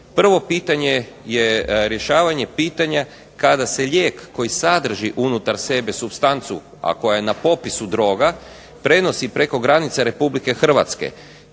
Prvo pitanje je rješavanje pitanja kada se lijek koji sadrži unutar sebe supstancu, a koja je na popisu droga prenosi preko granice Republike Hrvatske,